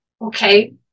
okay